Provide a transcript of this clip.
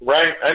Right